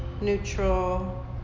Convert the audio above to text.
neutral